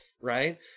right